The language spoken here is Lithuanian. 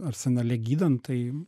arsenale gydant tai